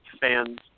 fans